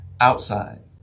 outside